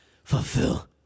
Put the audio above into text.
Fulfill